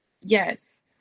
Yes